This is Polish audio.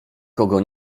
kogo